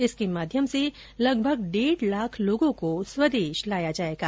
इसके माध्यम से लगभग डेढ लाख लोगों को स्वदेश लाया जाएगा